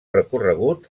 recorregut